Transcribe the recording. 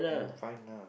need to find lah